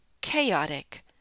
chaotic